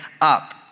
up